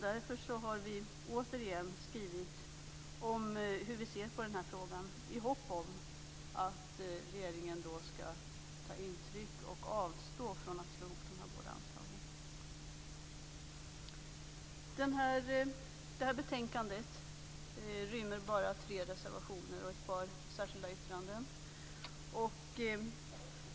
Därför har vi återigen skrivit om hur vi ser på frågan i hopp om att regeringen ska ta intryck och avstå från att slå ihop de båda anslagen. Det här betänkandet rymmer bara tre reservationer och ett par särskilda yttranden.